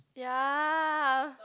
ya